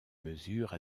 mesures